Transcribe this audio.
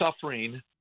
suffering